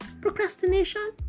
procrastination